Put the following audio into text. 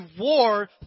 war